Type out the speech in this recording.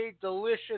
delicious